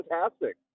fantastic